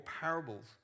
parables